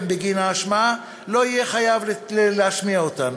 בגין ההשמעה לא יהיה חייב להשמיע אותן.